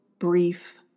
Brief